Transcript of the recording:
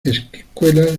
escuelas